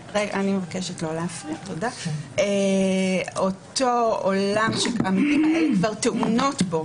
הביטחוני, אותו עולם שהן טעונות בו,